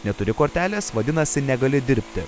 neturi kortelės vadinasi negali dirbti